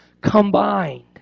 combined